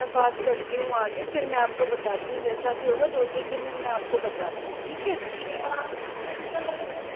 मैं बात करती हूँ आगे फिर मैं आपको बताती हूँ जैसा भी होगा दो तीन दिन में आपको बताती हूँ ठीक है